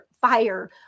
fire